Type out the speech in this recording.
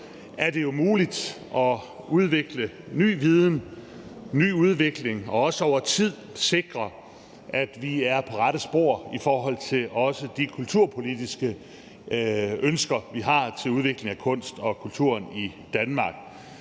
er det muligt at udvikle ny viden, skabe ny udvikling og også over tid sikre, at vi er på rette spor i forhold til også de kulturpolitiske ønsker, vi har til udvikling af kunst og kultur i Danmark.